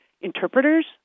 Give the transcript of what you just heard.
interpreters